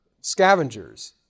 scavengers